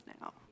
now